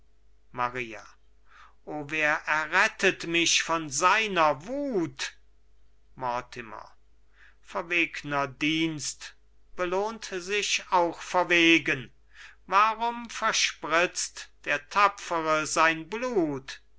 maria o wer errettet mich von seiner wut mortimer verwegner dienst belohnt sich auch verwegen warum verspritzt der tapfere sein blut